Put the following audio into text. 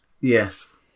Yes